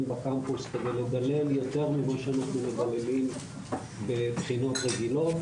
בקמפוס כדי לדלל יותר ממה שמדללים בבחינות רגילות,